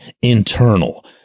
internal